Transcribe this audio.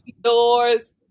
doors